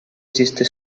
esiste